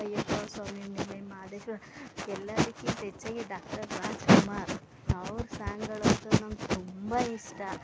ಅಯ್ಯಪ್ಪವ್ರ ಸ್ವಾಮಿ ಮೇಲೆ ಮಾದೇಶ್ವರ ಎಲ್ಲಾದಕ್ಕಿಂತ ಹೆಚ್ಚಾಗಿ ಡಾಕ್ಟರ್ ರಾಜ್ಕುಮಾರ್ ಅವ್ರ ಸಾಂಗ್ಗಳಂತೂ ನಮ್ಗೆ ತುಂಬ ಇಷ್ಟ